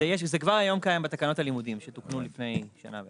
זה כבר היום קיים בתקנות הלימודים שתוקנו לפני שנה בערך.